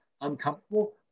uncomfortable